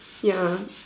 ya